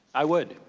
i would.